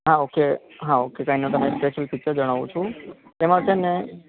હા ઓકે હા ઓકે કાંઈ નહીં હું તમને સ્પેશલ ફીચર જણાવું છું એમાં છે ને